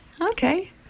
Okay